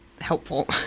helpful